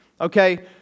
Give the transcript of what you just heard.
Okay